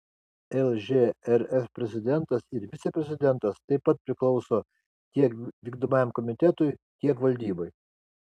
lžrf prezidentas ir viceprezidentas taip pat priklauso tiek vykdomajam komitetui tiek valdybai